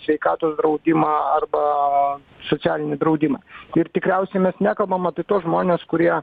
sveikatos draudimą arba socialinį draudimą ir tikriausiai mes nekalbam apie tuos žmones kurie